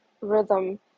rhythm